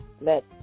Let